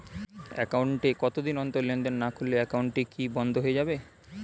Account এ কতদিন অন্তর লেনদেন না করলে একাউন্টটি কি বন্ধ হয়ে যাবে?